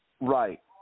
Right